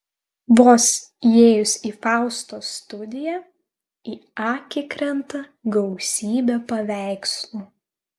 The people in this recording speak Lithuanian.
vos įėjus į faustos studiją į akį krenta gausybė paveikslų